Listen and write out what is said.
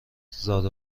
زاد